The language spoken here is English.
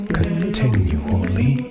continually